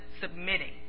submitting